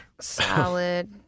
Salad